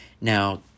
Now